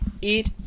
Eat